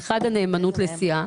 האחד, הנאמנות לסיעה